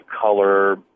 color